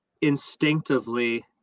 instinctively